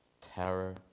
terror